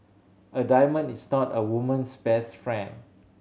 a diamond is not a woman's best friend